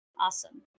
Awesome